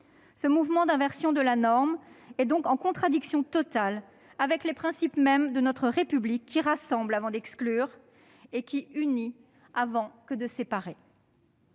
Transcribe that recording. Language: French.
Ce mouvement d'inversion de la norme est en contradiction totale avec les principes mêmes de notre République, qui rassemble avant d'exclure, qui unit avant de séparer.